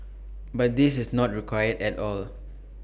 but this is not required at all